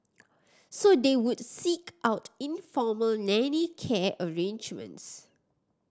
so they would seek out informal nanny care arrangements